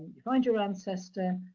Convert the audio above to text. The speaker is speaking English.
find your ancestor,